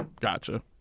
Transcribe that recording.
gotcha